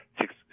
six